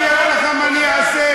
שחודש אחד אני אעשה מה שהוא לא יעשה,